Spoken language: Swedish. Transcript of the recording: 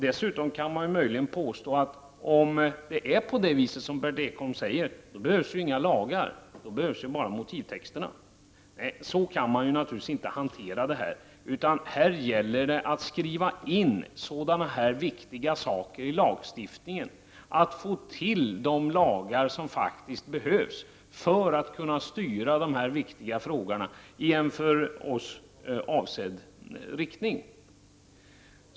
Dessutom kan man möjligen påstå att om det är så som Berndt Ekholm säger, behövs inga lagar. Då behövs bara motivtexterna. Nej, så kan man naturligtvis inte hantera detta. Här gäller det att skriva in sådana viktiga saker i lagstiftningen, att få till de lagar som faktiskt behövs, att det går att styra de viktiga frågorna i en för oss avsedd riktning.